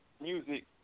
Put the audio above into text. music